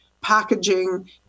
packaging